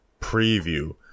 preview